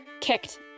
kicked